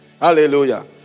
Hallelujah